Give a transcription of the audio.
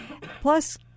plus